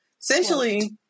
essentially